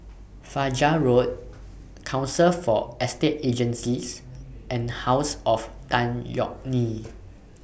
Fajar Road Council For Estate Agencies and House of Tan Yeok Nee